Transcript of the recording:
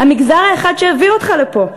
המגזר האחד שהביא אותך לפה?